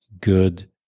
good